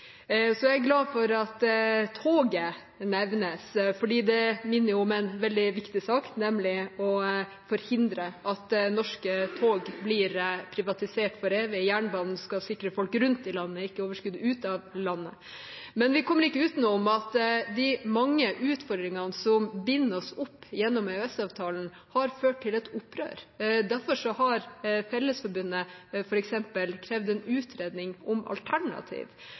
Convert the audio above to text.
Jeg er glad for at toget nevnes, for det minner om en veldig viktig sak, nemlig å forhindre at norske tog blir privatisert for evig. Jernbanen skal sikre folk rundt i landet, ikke overskudd ut av landet. Vi kommer ikke utenom at de mange utfordringene som binder oss opp gjennom EØS-avtalen, har ført til et opprør. Derfor har f.eks. Fellesforbundet krevd en utredning om alternativ,